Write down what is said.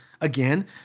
again